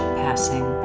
passing